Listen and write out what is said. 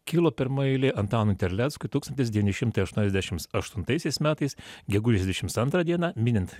kilo pirmoj eilėj antanui terleckui tūkstantis devyni šimtai aštuoniasdešimts aštuntaisiais metais gegužės dvidešimts antrą dieną minint